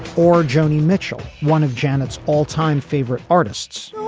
or joni mitchell one of janet's all time favorite artists.